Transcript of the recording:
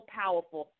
powerful